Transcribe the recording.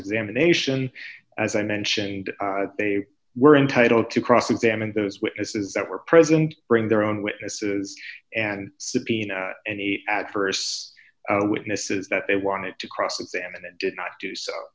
examination as i mentioned they were entitled to cross examine those witnesses that were present bring their own witnesses and subpoena any adverse witnesses that they wanted to cross examine and did not do so